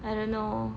I don't know